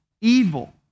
Evil